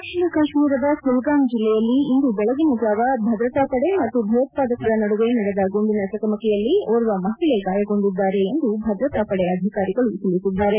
ದಕ್ಷಿಣ ಕಾಶ್ಮೀರದ ಕುಲ್ಗಾಂ ಜಿಲ್ಲೆಯಲ್ಲಿ ಇಂದು ಬೆಳಗಿನಜಾವ ಭದ್ರತಾ ಪಡೆ ಮತ್ತು ಭಯೋತ್ವಾದಕರ ನದುವೆ ನಡೆದ ಗುಂಡಿನ ಚಕಮಕಿಯಲ್ಲಿ ಓರ್ವ ಮಹಿಳೆ ಗಾಯಗೊಂಡಿದ್ದಾರೆ ಎಂದು ಭದ್ರತಾ ಪಡೆ ಅಧಿಕಾರಿಗಳು ತಿಳಿಸಿದ್ದಾರೆ